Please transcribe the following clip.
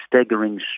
staggering